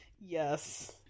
Yes